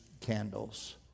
candles